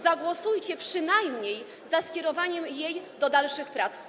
Zagłosujcie przynajmniej za skierowaniem jej do dalszych prac.